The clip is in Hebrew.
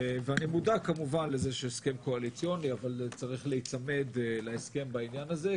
אני מודע כמובן לזה שיש הסכם קואליציוני וצריך להיצמד להסכם בעניין הזה.